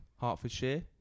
Hertfordshire